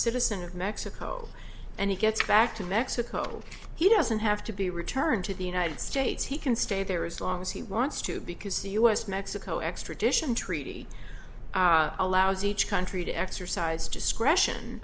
citizen of mexico and he gets back to mexico he has you have to be returned to the united states he can stay there as long as he wants to because the us mexico extradition treaty allows each country to exercise discretion